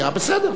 בסדר.